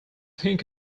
think